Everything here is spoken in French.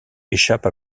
échappe